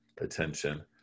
attention